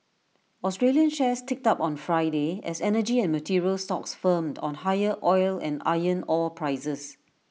Australian shares ticked up on Friday as energy and materials stocks firmed on higher oil and iron ore prices